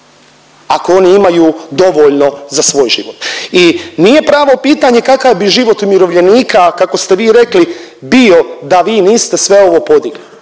ako oni imaju dovoljno za svoj život? I nije pravo pitanje kakav bi život umirovljenika, kako ste vi rekli bio da vi niste sve ovo podigli,